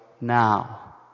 now